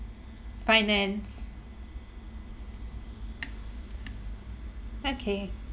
finance okay